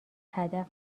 هدف